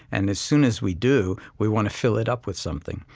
and as soon as we do, we want to fill it up with something,